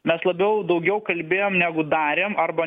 mes labiau daugiau kalbėjom negu darėm arba